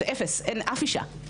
אין אף אישה.